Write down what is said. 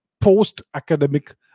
post-academic